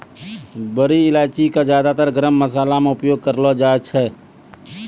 बड़ी इलायची कॅ ज्यादातर गरम मशाला मॅ उपयोग करलो जाय छै